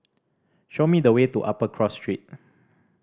show me the way to Upper Cross Street